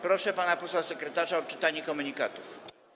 Proszę pana posła sekretarza o odczytanie komunikatów.